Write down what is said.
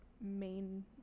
main